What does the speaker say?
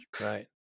Right